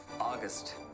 August